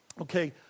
Okay